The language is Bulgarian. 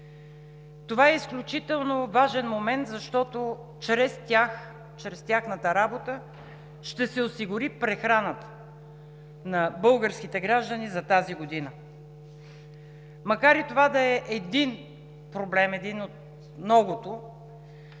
Това е изключително важен момент, защото чрез тях, чрез тяхната работа ще се осигури прехраната на българските граждани за тази година. Макар това да е един проблем – един от многото,